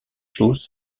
choses